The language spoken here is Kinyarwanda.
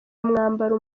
umwambaro